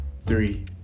three